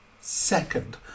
second